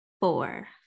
four